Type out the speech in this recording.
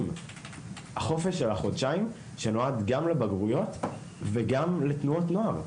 חופש במשך חודשיים נועד גם לבגרויות וגם לתנועות הנוער.